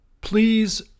Please